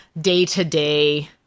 day-to-day